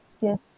Yes